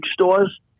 stores